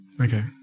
okay